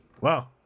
Wow